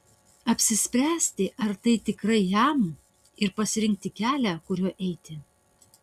apsispręsti ar tai tikrai jam ir pasirinkti kelią kuriuo eiti